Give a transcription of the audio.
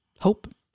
hope